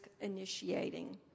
initiating